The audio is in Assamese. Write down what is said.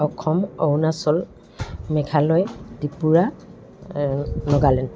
অসম অৰুণাচল মেঘালয় ত্ৰিপুৰা নগালেণ্ড